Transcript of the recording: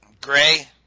gray